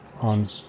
on